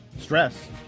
Stress